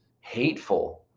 hateful